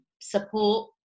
support